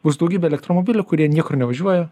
bus daugybė elektromobilių kurie niekur nevažiuoja